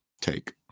take